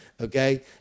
okay